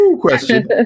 question